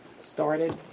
Started